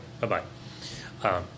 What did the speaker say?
Bye-bye